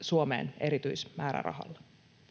Suomeen erityismäärärahalla.